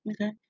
okay